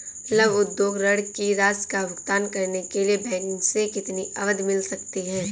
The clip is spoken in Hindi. लघु उद्योग ऋण की राशि का भुगतान करने के लिए बैंक से कितनी अवधि मिल सकती है?